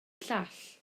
llall